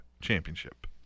championship